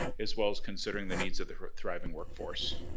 as well as considering the needs of the thriving workforce.